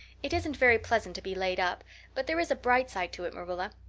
it isn't very pleasant to be laid up but there is a bright side to it, marilla.